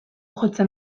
jotzen